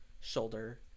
shoulder